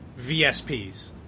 VSPs